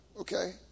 Okay